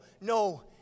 no